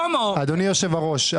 אדוני יושב-הראש,